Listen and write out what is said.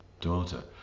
daughter